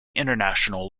international